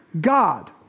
God